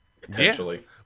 potentially